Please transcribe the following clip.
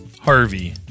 Harvey